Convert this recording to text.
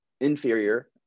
inferior